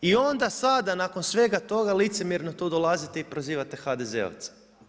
I onda sada nakon svega toga licemjerno tu dolazite i prozivate HDZ-ovce.